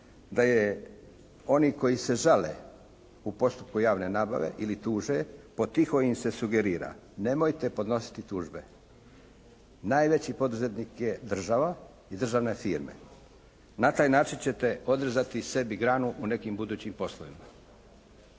da je oni koji se žale u postupku javne nabave ili tuže, po tiho im se sugerira, nemojte podnositi tužbe. Najveći poduzetnik je država i državne firme. Na taj način ćete odrezati sebi granu u nekim budućim poslovima.